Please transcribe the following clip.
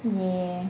ya